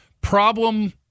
Problem